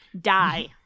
Die